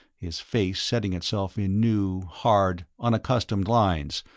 his face setting itself in new, hard, unaccustomed lines,